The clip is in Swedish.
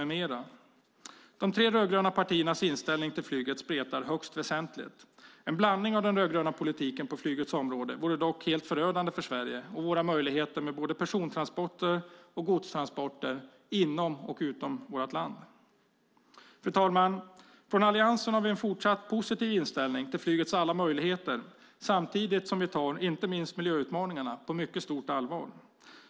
De tre rödgröna partiernas inställning till flyget spretar högst väsentligt. En blandning av den rödgröna politiken på flygets område vore dock förödande för Sverige och våra möjligheter med både persontransporter och godstransporter inom och utom vårt land. Fru talman! Från Alliansen har vi en fortsatt positiv inställning till flygets alla möjligheter samtidigt som vi tar inte minst miljöutmaningarna på ett mycket stort allvar.